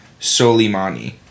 Soleimani